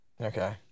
Okay